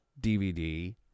DVD